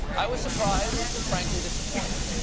i was surprised and, frankly, disappointed.